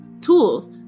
tools